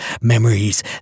memories